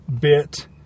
bit